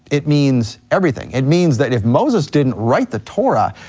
it means everything, it means that if moses didn't write the torah,